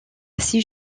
six